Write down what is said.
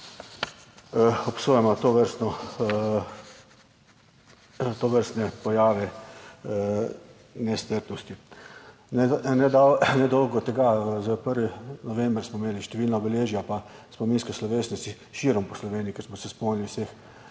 tovrstno, tovrstne pojave nestrpnosti. Nedolgo tega, za 1. november smo imeli številna obeležja pa spominske slovesnosti širom po Sloveniji, kjer smo se spomnili vseh